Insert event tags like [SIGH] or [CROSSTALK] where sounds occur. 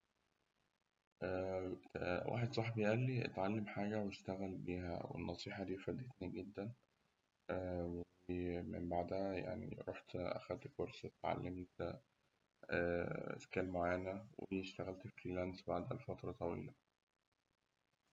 [HESITATION] واحد صاحبي قال لي اتعلم حاجة واشتغل بيها، والنصيحىة دي فادتني جداً [HESITATION] ومن بعدها رحت أخدت كورس اتعلمت [HESITATION] سكيل معينة واشتغلت فريلانس بعدها لفترة طويلة.